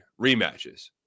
rematches